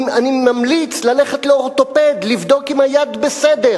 אני ממליץ ללכת לאורתופד לבדוק אם היד בסדר,